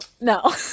no